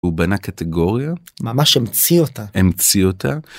הוא בנה קטגוריה -ממש המציא אותה -המציא אותה.